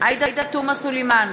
עאידה תומא סלימאן,